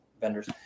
vendors